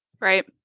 Right